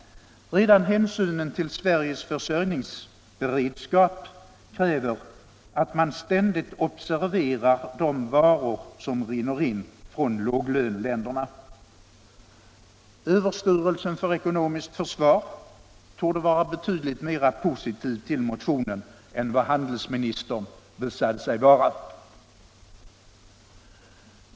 Redan hänsynen till Sveriges försörjningsberedskap kräver att man ständigt observerar de varor som rinner in från låglöneländerna. Överstyrelsen för ekonomiskt försvar torde vara betydligt mer positiv till motionen än vad handelsministern visade sig vara.